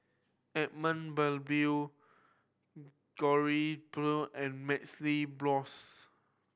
Edmund Blundell and MaxLe Blox